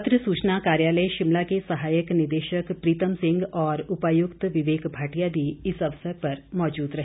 पत्र सूचना कार्यालय शिमला के सहायक निदेशक प्रीतम सिंह और उपायुक्त विवेक भाटिया भी इस अवसर पर मौजूद रहे